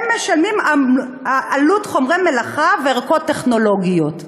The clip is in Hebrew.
על עלות חומרי מלאכה וערכות טכנולוגיות?